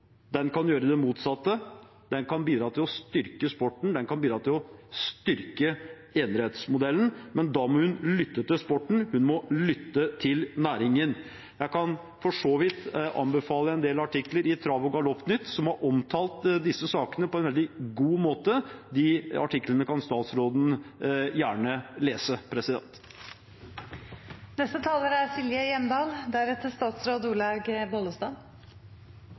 kan gjøre det motsatte, hun kan bidra til å styrke sporten, hun kan bidra til å styrke enerettsmodellen, men da må hun lytte til sporten, hun må lytte til næringen. Jeg kan for så vidt anbefale en del artikler i Trav og Galopp-Nytt, som har omtalt disse sakene på en veldig god måte. De artiklene kan statsråden gjerne lese. Det er jo frekkhetens nådegave at det er